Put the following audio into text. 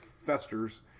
festers